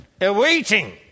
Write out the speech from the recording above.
awaiting